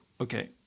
okay